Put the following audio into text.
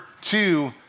two